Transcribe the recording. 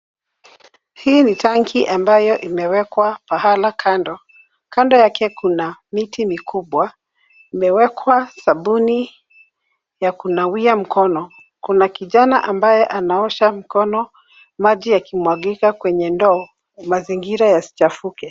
Hii ni tanki ambayo imewekwa pahala kando. Kando yake kuna miti mikubwa imewekwa sabuni ya kunawia mkono, kuna kijana ambaye anaosha mikono maji yakimwagika kwenye ndoo mazingira yasichafuke.